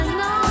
no